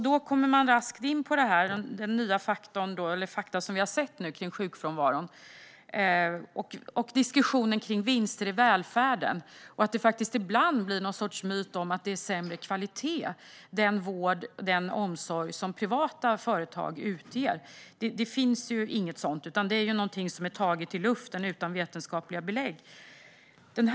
Då kommer man raskt in på de nya fakta som vi har sett kring sjukfrånvaron och diskussionen om vinster i välfärden. Det finns någon sorts myt om att privata företag ger en vård och omsorg av sämre kvalitet, men det finns det inga vetenskapliga belägg för. Det är taget ur luften.